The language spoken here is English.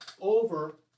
over